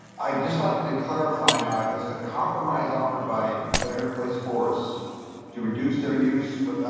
i just have to clarify now, does the compromise offered by better place for us to reduce their use for,